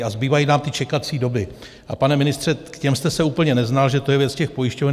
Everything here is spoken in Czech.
A zbývají nám ty čekací doby a pane ministře, k těm jste se úplně neznal, že to je věc pojišťoven.